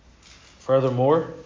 Furthermore